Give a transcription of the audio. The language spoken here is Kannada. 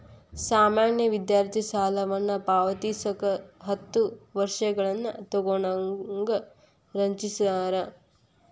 ಸಾಮಾನ್ಯ ವಿದ್ಯಾರ್ಥಿ ಸಾಲವನ್ನ ಪಾವತಿಸಕ ಹತ್ತ ವರ್ಷಗಳನ್ನ ತೊಗೋಣಂಗ ರಚಿಸ್ಯಾರ